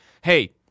hey